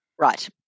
Right